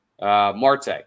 Marte